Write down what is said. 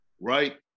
right